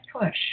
push